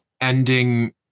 ending